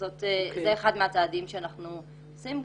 זה אחד הצעדים שאנחנו עושים.